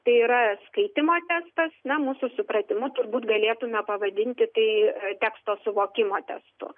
tai yra skaitymo testas na mūsų supratimu turbūt galėtumėme pavadinti tai teksto suvokimo testu